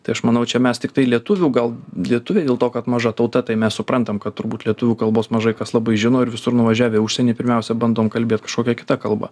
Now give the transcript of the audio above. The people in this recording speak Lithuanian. tai aš manau čia mes tiktai lietuvių gal lietuviai dėl to kad maža tauta tai mes suprantam kad turbūt lietuvių kalbos mažai kas labai žino ir visur nuvažiavę į užsienį pirmiausia bandom kalbėt kažkokia kita kalba